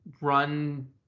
run